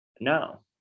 No